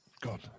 God